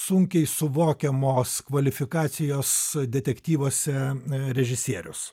sunkiai suvokiamos kvalifikacijos detektyvuose režisierius